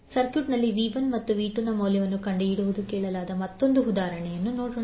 ಸರ್ಕ್ಯೂಟ್ನಲ್ಲಿ V1ಮತ್ತು V2 ನ ಮೌಲ್ಯವನ್ನು ಕಂಡುಹಿಡಿಯಲು ಕೇಳಲಾದ ಮತ್ತೊಂದು ಉದಾಹರಣೆಯನ್ನು ತೆಗೆದುಕೊಳ್ಳೋಣ